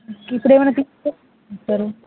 ఇప్పుడు ఏమైనా